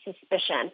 suspicion